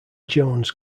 jones